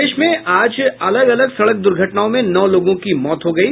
प्रदेश में आज अलग अलग सड़क दुर्घटनाओं में नौ लोगों की मौत हो गयी